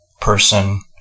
person